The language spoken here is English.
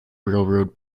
railroad